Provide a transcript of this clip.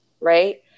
right